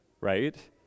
right